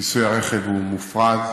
מיסוי הרכב הוא מופרז.